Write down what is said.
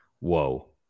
Whoa